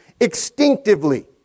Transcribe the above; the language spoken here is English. extinctively